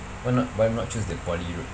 why not why not choose the poly route